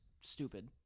stupid